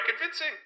convincing